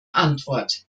antwort